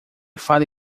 fale